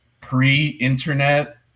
pre-internet